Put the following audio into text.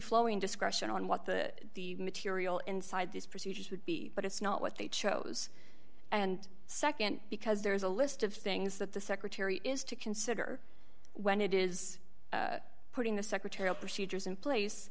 flowing discussion on what the the material inside these procedures would be but it's not what they chose and nd because there is a list of things that the secretary is to consider when it is putting the secretarial procedures in place